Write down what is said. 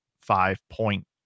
five-point